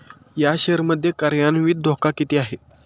या शेअर मध्ये कार्यान्वित धोका किती आहे?